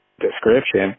description